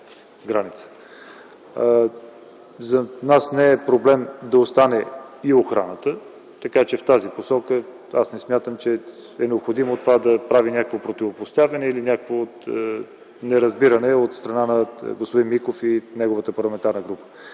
За нас не е проблем да остане и охраната, така че в тази посока не смятам, че е необходимо това да прави някакво противопоставяне или някакво неразбиране от страна на господин Миков и неговата парламентарна група.